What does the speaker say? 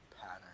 pattern